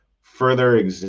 further